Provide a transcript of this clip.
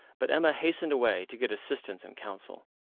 but emma hastened away to get assistance and counsel.